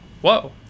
Whoa